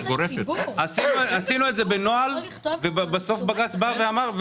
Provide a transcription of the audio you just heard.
עשינו את זה בנוהל, ובסוף בג, ץ אמר: